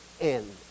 end